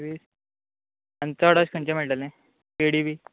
वीस आनी चड अशें खंयचे मेळटलें पेडी बी